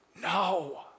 No